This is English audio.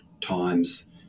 times